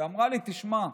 והיא אמרה לי: תשמע,